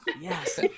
yes